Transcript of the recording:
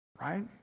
Right